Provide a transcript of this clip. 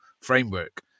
framework